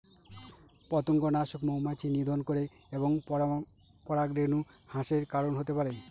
পতঙ্গনাশক মৌমাছি নিধন করে এবং পরাগরেণু হ্রাসের কারন হতে পারে